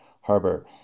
Harbor